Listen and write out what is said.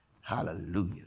Hallelujah